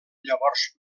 llavors